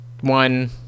one